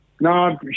No